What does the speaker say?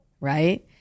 right